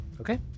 Okay